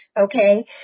Okay